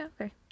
okay